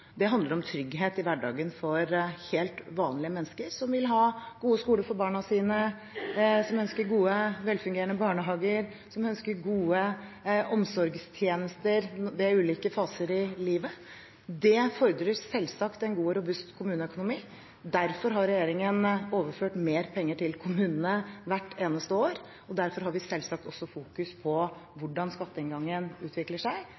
Det handler om trygghet i hverdagen for helt vanlige mennesker – som vil ha gode skoler for barna sine, som ønsker gode, velfungerende barnehager, som ønsker gode omsorgstjenester i ulike faser i livet. Det fordrer selvsagt en god og robust kommuneøkonomi. Derfor har regjeringen overført mer penger til kommunene hvert eneste år. Derfor har vi selvsagt også fokus på hvordan skatteinngangen utvikler seg,